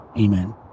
Amen